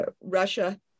Russia